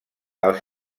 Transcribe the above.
els